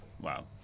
Wow